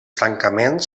tancaments